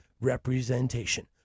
representation